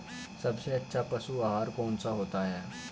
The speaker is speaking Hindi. सबसे अच्छा पशु आहार कौन सा होता है?